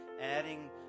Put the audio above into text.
adding